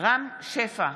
רם שפע,